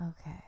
okay